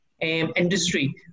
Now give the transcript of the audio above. industry